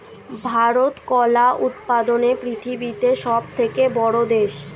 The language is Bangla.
ভারত কলা উৎপাদনে পৃথিবীতে সবথেকে বড়ো দেশ